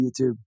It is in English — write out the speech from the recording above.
YouTube